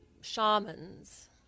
shamans